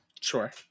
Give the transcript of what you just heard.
Sure